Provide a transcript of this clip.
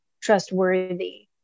trustworthy